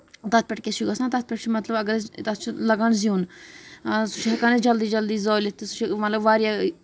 تَتھ پٮ۪ٹھ کیاہ چھُ گژھان تَتھ پٮ۪ٹھ چھُ مطلب اَگر أسۍ تَتھ چھُ لگان زیُن سُہ چھِ ہیٚکان أسۍ جلدی جلدی زٲلِتھ تہِ سُہ چھُ مطلب واریاہ